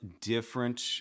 different